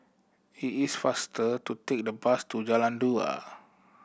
it is faster to take the bus to Jalan Dua